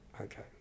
okay